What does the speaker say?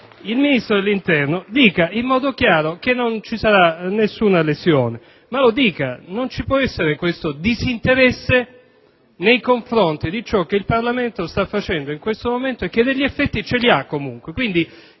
Il Ministro dell'interno affermi in modo chiaro che non vi sarà nessuna lesione. Ma lo dica! Non ci può essere tale disinteresse nei confronti di ciò che il Parlamento sta esaminando in questo momento e che ha, comunque,